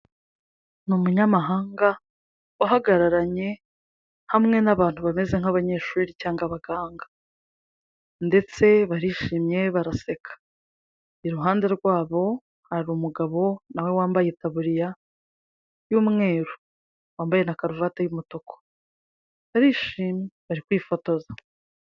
Ni umunyamahanga uhagararanye hamwe n'abantu bameze nk'abanyeshuri cyangwa abaganga ndetse barishimye baraseka, iruhande rwabo hari umugabo na we wambaye itaburiya y'umweru, wambaye na karuvati y'umutuku barishimye bari kwifotoza.